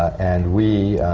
and we,